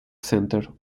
center